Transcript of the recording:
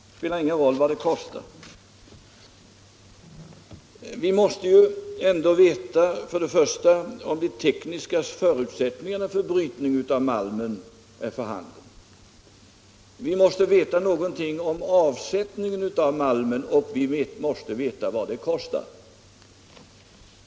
Det spelar ingen roll vad det kostar. Men vi måste ändå veta om de tekniska förutsättningarna för brytning av malmen är för handen, vi måste veta någonting om avsättningsmöjligheterna för malmen och vi måste veta vad det kostar att bryta malmen.